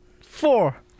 four